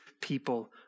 people